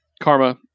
Karma